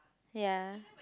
ya